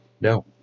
No